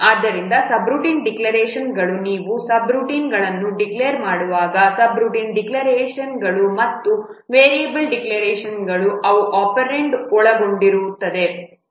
ಆದ್ದರಿಂದ ಸಬ್ರುಟೀನ್ ಡಿಕ್ಲರೇಶನ್ಗಳು ನೀವು ಸಬ್ರುಟೀನ್ಗಳನ್ನು ಡಿಕ್ಲೇರ್ ಮಾಡುವಾಗ ಸಬ್ರುಟೀನ್ ಡಿಕ್ಲರೇಶನ್ಗಳು ಮತ್ತು ವೇರಿಯಬಲ್ ಡಿಕ್ಲೆರೇಷನ್ಗಳು ಅವು ಒಪೆರಾಂಡ್ಗಳನ್ನು ಒಳಗೊಂಡಿರುತ್ತವೆ